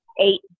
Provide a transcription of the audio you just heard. eight